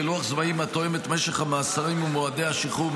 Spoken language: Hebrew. בלוח זמנים התואם את משך המאסרים ומועדי השחרור,